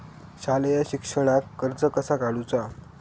शालेय शिक्षणाक कर्ज कसा काढूचा?